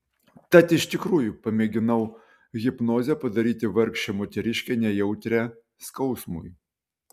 tad iš tikrųjų pamėginau hipnoze padaryti vargšę moteriškę nejautrią skausmui